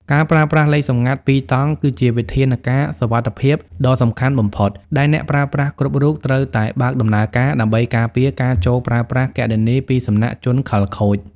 ការប្រើប្រាស់ លេខសម្ងាត់ពីរតង់ គឺជាវិធានការសុវត្ថិភាពដ៏សំខាន់បំផុតដែលអ្នកប្រើប្រាស់គ្រប់រូបត្រូវតែបើកដំណើរការ ដើម្បីការពារការចូលប្រើប្រាស់គណនីពីសំណាក់ជនខិលខូច។